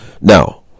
now